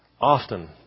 Often